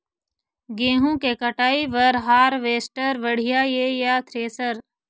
गेहूं के कटाई बर हारवेस्टर बढ़िया ये या थ्रेसर?